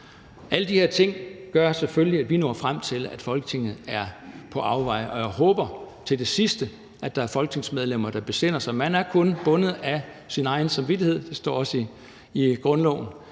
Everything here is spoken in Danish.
Alle de her ting gør selvfølgelig, at vi når frem til, at Folketinget er på afveje, og jeg håber til det sidste, at der er folketingsmedlemmer, der besinder sig. Man er kun bundet af sin egen samvittighed – det står også i grundloven